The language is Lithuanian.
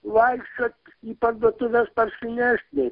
vaikščiot į parduotuves parsinešt nei